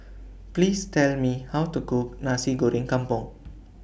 Please Tell Me How to Cook Nasi Goreng Kampung